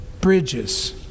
bridges